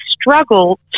struggle